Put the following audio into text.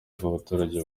bw’abaturage